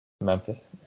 Memphis